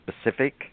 specific